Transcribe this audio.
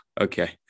okay